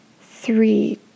three